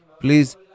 Please